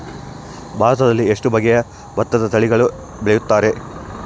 ಭಾರತದಲ್ಲಿ ಎಷ್ಟು ಬಗೆಯ ಭತ್ತದ ತಳಿಗಳನ್ನು ಬೆಳೆಯುತ್ತಾರೆ?